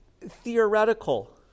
theoretical